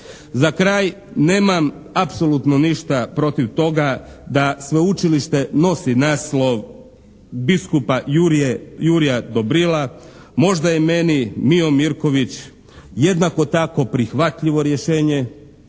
Za kraj, nemam apsolutno ništa protiv toga da sveučilište nosi naslov biskupa Jurja Dobrila. Možda je meni Mijo Mirković jednako tako prihvatljivo rješenje,